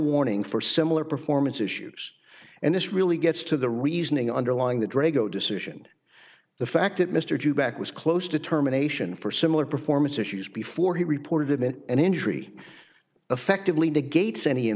warning for similar performance issues and this really gets to the reasoning underlying the draco decision the fact that mr due back was close to terminations for similar performance issues before he reported it and injury effectively negates any in